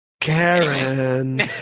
Karen